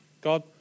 God